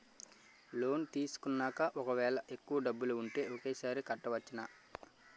Loan తీసుకున్నాక ఒకవేళ ఎక్కువ డబ్బులు ఉంటే ఒకేసారి కట్టవచ్చున?